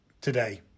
today